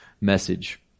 message